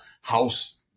house